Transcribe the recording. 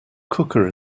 cooker